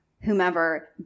whomever